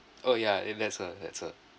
oh ya I think that's her that's her